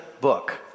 book